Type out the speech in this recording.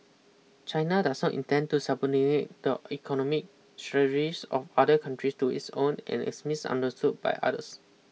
China does not intend to the economic strategies of other countries to its own and is misunderstood by others